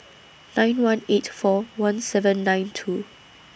nine one eight four one seven nine two